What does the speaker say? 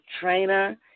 trainer